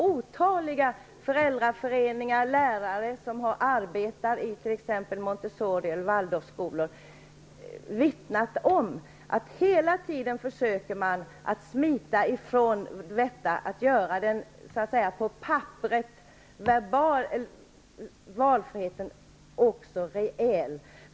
Otaliga föräldraföreningar och lärare som arbetar i t.ex. Montessori och Waldorfskolor har vittnat om detta. Hela tiden har man försökt att smita från att göra valfrihet på papperet till även något reellt.